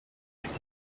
mfite